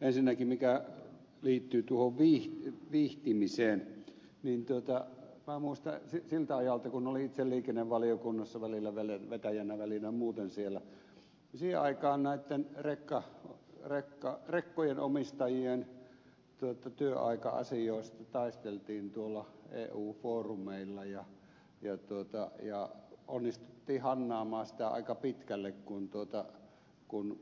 ensinnäkin mikä liittyy tuohon viihtimiseen niin minä muistan siltä ajalta kun olin itse liikennevaliokunnassa välillä vetäjänä välillä muuten siellä niin siihen aikaan näitten rekkojen omistajien työaika asioista taisteltiin tuolla eu foorumeilla ja onnistuttiin hannaamaan sitä aika pitkälle kun